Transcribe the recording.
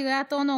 קריית אונו,